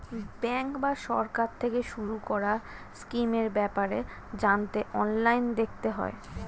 bank বা সরকার থেকে শুরু করা স্কিমের ব্যাপারে জানতে অনলাইনে দেখতে হয়